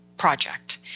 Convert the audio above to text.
project